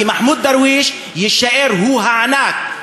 כי מחמוד דרוויש יישאר הענק.